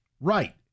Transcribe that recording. Right